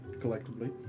collectively